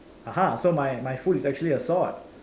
!aha! so my my food is actually a sword